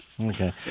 Okay